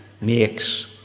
makes